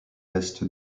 est